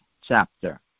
chapter